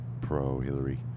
pro-Hillary